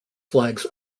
flags